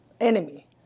enemy